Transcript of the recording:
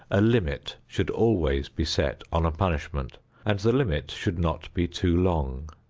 a limit should always be set on a punishment and the limit should not be too long.